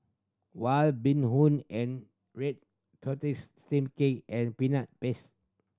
White Bee Hoon and red tortoise steamed cake and Peanut Paste